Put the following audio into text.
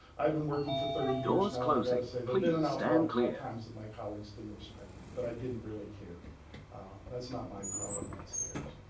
i've been working for thirty years now and i got to say there've been an awful lot of times that my colleagues didn't respect me but i didn't really care that's not my problem that's theirs.